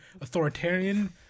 authoritarian